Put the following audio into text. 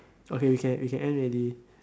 okay we can we can end already